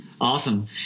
Awesome